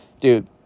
Dude